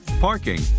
parking